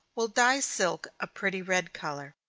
will dye silk a pretty red color.